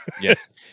Yes